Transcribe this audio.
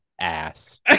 ass